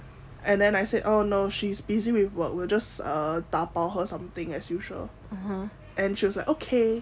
and then I said oh no she's busy with work we'll just uh dabao her something as usual and she was like okay